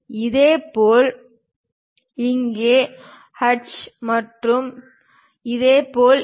இதேபோல் இங்கே ஹட்ச் மற்றும் இதேபோல் இது